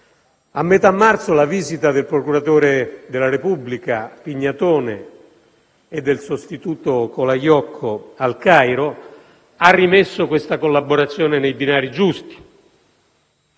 A metà marzo, la visita del procuratore della Repubblica Pignatone e del sostituto Colaiocco al Cairo ha rimesso questa collaborazione nei binari giusti.